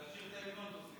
לשיר את ההמנון, תוסיף.